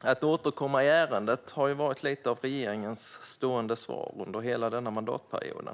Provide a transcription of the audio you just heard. Att man ska återkomma i ärendet har varit lite av regeringens stående svar under hela denna mandatperiod.